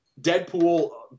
Deadpool